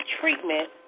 treatment